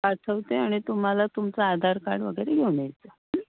पाठवते आणि तुम्हाला तुमचं आधार कार्ड वगैरे घेऊन यायचं आहे